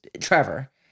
Trevor